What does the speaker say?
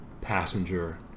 Passenger